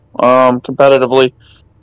competitively